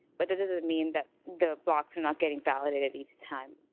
but that doesn't mean that the blocks are not getting validated each time.